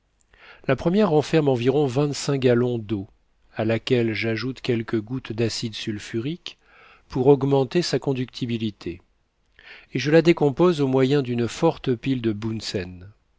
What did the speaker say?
la première renferme environ vingt-cinq gallons d'eau à laquelle j'ajoute quelques gouttes d'acide sulfurique pour augmenter sa conductibilité et je la décompose au moyen d'une forte pile de